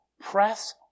Press